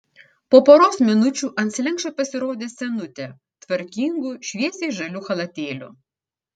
po poros minučių ant slenksčio pasirodė senutė tvarkingu šviesiai žaliu chalatėliu